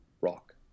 rock